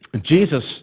Jesus